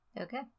Okay